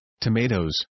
tomatoes